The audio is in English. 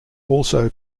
also